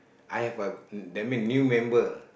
I have a that mean new member